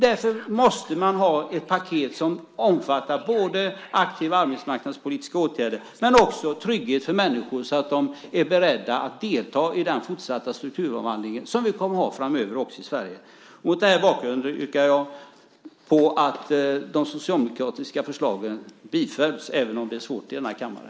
Därför måste man ha ett paket som omfattar både aktiva arbetsmarknadspolitiska åtgärder och trygghet för människor så att de är beredda att delta i den fortsatta strukturomvandling som vi kommer att ha framöver också i Sverige. Mot den här bakgrunden yrkar jag att de socialdemokratiska förslagen ska bifallas, även om det är svårt i denna kammare.